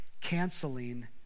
canceling